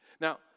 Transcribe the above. now